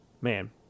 Man